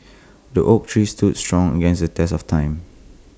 the oak tree stood strong against the test of time